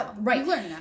right